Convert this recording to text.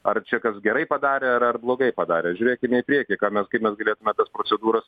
ar čia kas gerai padarė ar ar blogai padarė žiūrėkime į priekį ką mes kaip mes galėtume tas procedūras